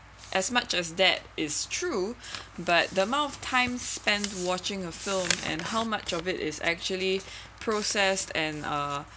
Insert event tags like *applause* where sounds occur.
as much as that is true *breath* but the amount of time spend watching a film and how much of it is actually processed and uh